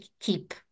keep